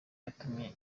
yatumye